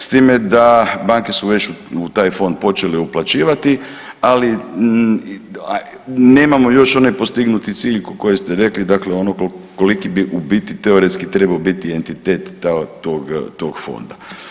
S time da banke su već u taj fond počele uplaćivati ali nemamo još onaj postignuti cilj koji ste rekli, dakle ono koliki bi ubiti teoretski trebao biti entitet tog Fonda.